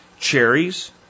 Cherries